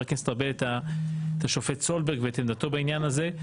הכנסת ארבל את השופט סולברג ואת עמדתו בעניין הזה.